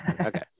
Okay